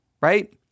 right